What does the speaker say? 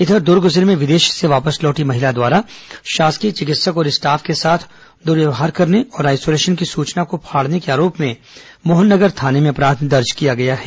इधर दुर्ग जिले में विदेश से वापस लौटी महिला द्वारा शासकीय चिकित्सक और स्टाफ के साथ दुर्व्यवहार करने और आईसोलेशन की सचना को फाडने के आरोप में मोहन नगर थाने में अपराध पंजीबद्ध किया गया है